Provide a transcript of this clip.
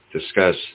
discuss